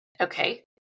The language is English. Okay